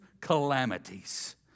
calamities